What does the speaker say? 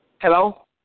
Hello